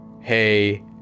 hey